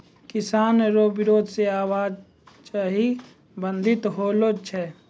किसानो रो बिरोध से आवाजाही बाधित होलो छै